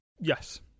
yes